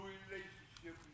relationship